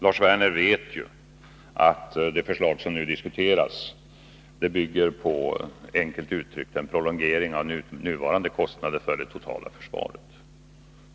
Lars Werner vet ju att det förslag som nu diskuteras bygger på, enkelt uttryckt, en prolongering av nuvarande kostnader för det totala försvaret.